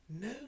No